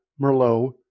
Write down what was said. Merlot